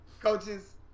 Coaches